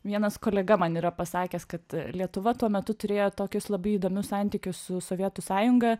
vienas kolega man yra pasakęs kad lietuva tuo metu turėjo tokius labai įdomius santykius su sovietų sąjunga